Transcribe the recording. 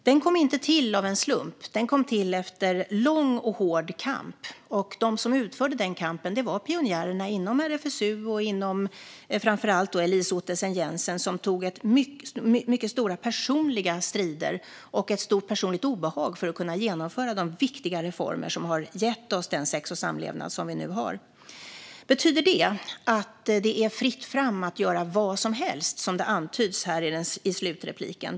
Den kom inte till av en slump. Den kom till efter lång och hård kamp, och de som utförde denna kamp var pionjärerna inom RFSU och framför allt Elise Ottesen-Jensen, som tog mycket stora personliga strider och utstod ett stort personligt obehag för att kunna genomföra de viktiga reformer som har gett oss den sex och samlevnadsundervisning som vi nu har. Betyder detta att det är fritt fram att göra vad som helst, som det antyds i slutanförandet?